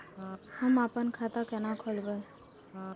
हम अपन खाता केना खोलैब?